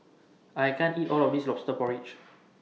I can't eat All of This Lobster Porridge